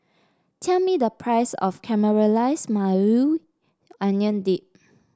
tell me the price of Caramelized Maui Onion Dip